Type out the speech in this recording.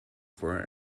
for